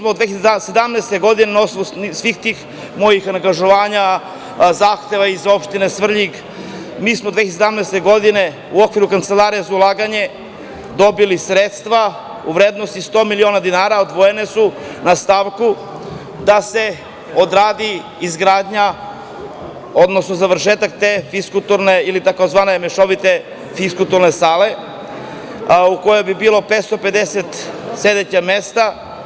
Na osnovu svih tih mojih angažovanja i zahteva iz Opštine Svrljig, mi smo 2017. godine u okviru Kancelarije za ulaganja dobili sredstva u vrednosti 100 miliona dinara, odvojene su na stavku da se odradi završetak te fiskulturne ili tzv. mešovite fiskulturne sale, u kojoj bi bilo 550 sedećih mesta.